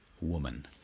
woman